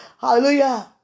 Hallelujah